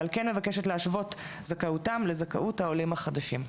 ועל כן מבקשת להשוות זכאותם לזכאות העולים החדשים.